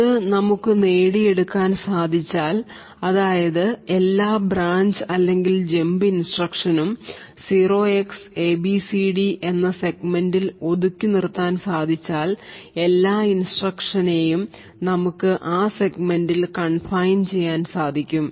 ഇത് നമുക്ക് നേടിയെടുക്കാൻ സാധിച്ചാൽ അതായത് എല്ലാ ബ്രാഞ്ച് അല്ലെങ്കിൽ ജമ്പ് ഇൻസ്ട്രക്ഷൻ നും 0Xabcd എന്ന സെഗ്മെന്റിൽ അവിടെ നിന്നും അത് 64KB വരെ പോകാം ഒതുക്കി നിർത്താൻ സാധിച്ചാൽ എല്ലാ ഇൻസ്ട്രക്ഷനേയും നമുക്ക് ആ സെഗ്മെന്റിൽ കൺഫൈൻ ചെയ്യാൻ സാധിക്കും